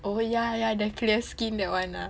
oh ya ya that clear skin that one lah